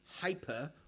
hyper